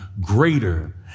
greater